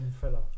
fella